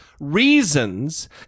reasons